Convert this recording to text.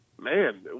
man